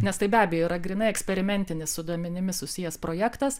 nes tai be abejo yra grynai eksperimentinis su duomenimis susijęs projektas